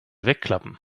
wegklappen